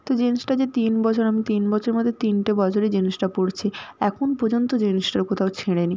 তো জিন্সটা যে তিন বছর আমি তিন বছরের মধ্যে তিনটে বছরেই জিন্সটা পরছি এখন পর্যন্ত জিন্সটার কোথাও ছেঁড়ে নি